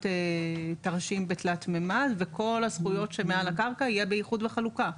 תרשים בתלת ממד וכל הזכויות שמעל הקרקע יהיה באיחוד וחלוקה.